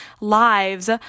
lives